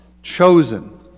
Chosen